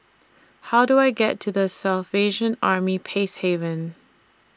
How Do I get to The Salvation Army Peacehaven